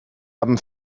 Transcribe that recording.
haben